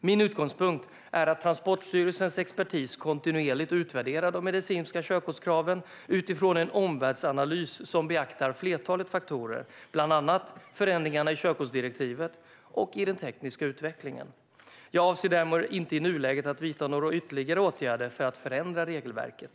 Min utgångspunkt är att Transportstyrelsens expertis kontinuerligt utvärderar de medicinska körkortskraven utifrån en omvärldsanalys som beaktar flertalet faktorer, bland annat förändringarna i körkortsdirektivet och i den tekniska utvecklingen. Jag avser därmed inte i nuläget att vidta några ytterligare åtgärder för att förändra regelverket.